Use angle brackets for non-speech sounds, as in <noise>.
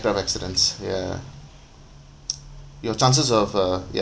aircraft accidents ya <noise> your chances of uh ya